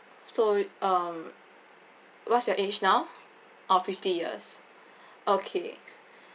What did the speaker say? so um what's your age now oh fifty years okay